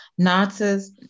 Nazis